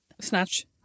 Snatch